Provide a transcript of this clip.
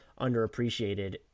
underappreciated